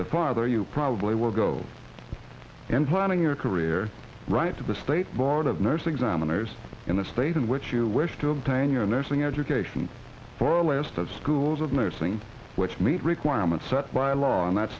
the farther you probably will go in planning your career write to the state board of nursing examiners in the state in which you wish to obtain your nursing education for a list of schools of nursing which meet requirements set by law in that